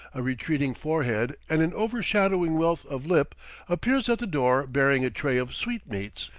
a retreating forehead, and an overshadowing wealth of lip appears at the door bearing a tray of sweetmeats.